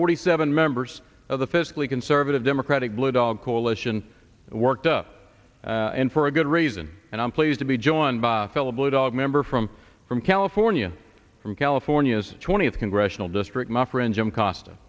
forty seven members of the physically conservative democratic blue dog coalition worked up and for a good reason and i'm pleased to be joined by philip blue dog member from from california from california's twentieth congressional district my friend jim acosta